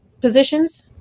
positions